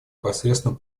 посредством